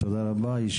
תודה רבה, הישיבה נעולה.